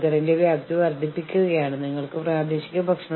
സാധ്യമായ ബദലുകളുടെ മേഖല വർദ്ധിപ്പിക്കാൻ ശ്രമിക്കുക